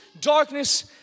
darkness